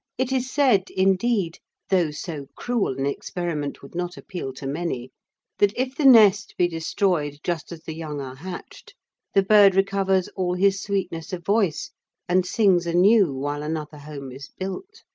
it is said, indeed though so cruel an experiment would not appeal to many that if the nest be destroyed just as the young are hatched the bird recovers all his sweetness of voice and sings anew while another home is built.